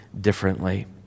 differently